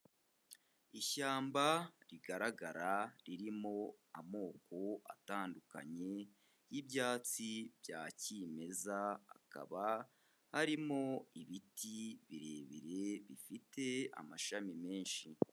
Ishyamba rigaragara, ririmo amoko atandukanye y'ibyatsi bya kimeza, hakaba harimo ibiti birebire, bifite amashami menshi.